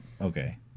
Okay